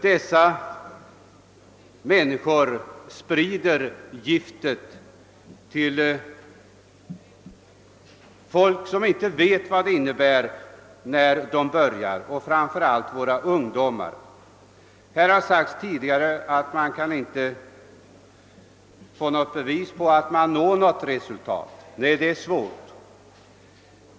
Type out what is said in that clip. Dessa människor sprider giftet till folk som inte vet vad det för med sig när de börjar använda narkotika, och framför allt är det många ungdomar som drabbas. Tidigare i debatten har sagts att man inte kan få bevis för att några resultat nås. Nej, det är svårt.